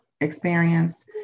Experience